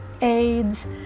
AIDS